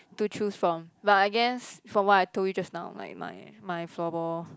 to choose from but I guess from what I told you just now like my my floorball